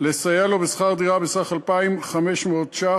לסייע לו בשכר דירה בסך 2,500 ₪,